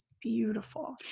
beautiful